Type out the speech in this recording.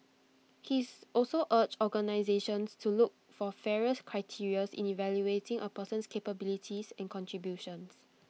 he's also urged organisations to look for fairer criteria's in evaluating A person's capabilities and contributions